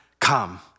Come